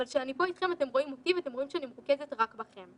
אבל כשאני פה איתכם אתם רואים אותי ואתם רואים שאני מתרכזת רק בכם.